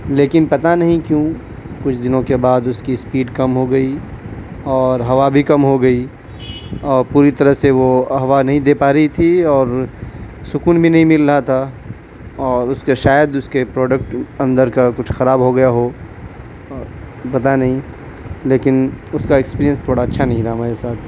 لیکن پتہ نہیں کیوں کچھ دنوں کے بعد اس کی اسپیڈ کم ہو گئی اور ہوا بھی کم ہو گئی اور پوری طرح سے وہ ہوا نہیں دے پا رہی تھی اور سکون بھی نہیں مل رہا تھا اور اس کے شاید اس کے پروڈکٹ اندر کا کچھ خراب ہو گیا ہو پتہ نہیں لیکن اس کا ایکسپیرئنس تھوڑا اچھا نہیں رہا ہمارے ساتھ